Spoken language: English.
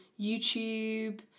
YouTube